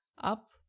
up